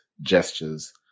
gestures